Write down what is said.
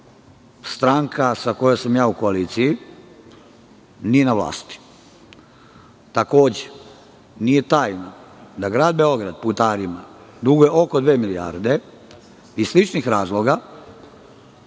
stranka u kojoj sam ja u koaliciji nije na vlasti. Takođe, nije tajna da grad Beograd putarima duguje oko dve milijarde iz sličnih razloga,